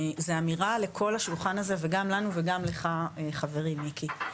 זה אמירה לכל השולחן הזה וגם לנו וגם לך חברי מיקי,